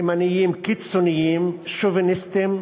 ימניים קיצוניים, שוביניסטיים,